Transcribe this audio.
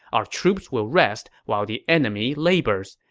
our troops will rest while the enemy labors.